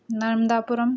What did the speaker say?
Narmadapuram